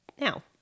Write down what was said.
Now